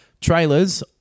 trailers